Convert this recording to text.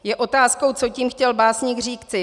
Je otázkou, co tím chtěl básník říci.